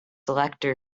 lecter